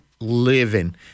living